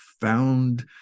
found